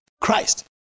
Christ